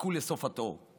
חכו לסוף התור.